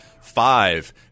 five